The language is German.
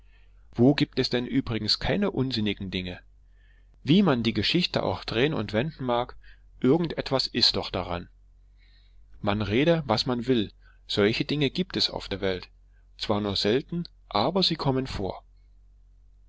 wo gibt es denn übrigens keine unsinnigen dinge wie man die geschichte auch drehen und wenden mag irgend etwas ist doch daran man rede was man will solche dinge gibt es in der welt zwar nur selten aber sie kommen vor